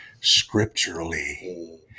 scripturally